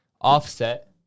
Offset